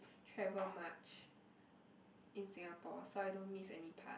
travel much in Singapore so I don't miss any part